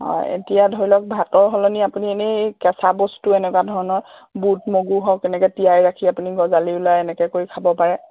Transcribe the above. অঁ এতিয়া ধৰি লওক ভাতৰ সলনি আপুনি এনেই কেঁচা বস্তু এনেকুৱা ধৰণৰ বুট মগু হওক এনেকে তিয়াই ৰাখি আপুনি গজালি ওলাই এনেকে কৰি খাব পাৰে